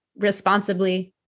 responsibly